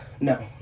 no